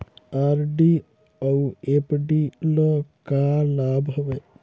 RD अऊ FD ल का लाभ हवे?